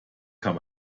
kann